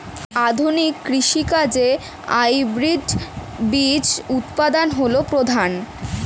আধুনিক কৃষি কাজে হাইব্রিড বীজ উৎপাদন হল প্রধান